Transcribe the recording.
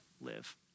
live